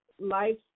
life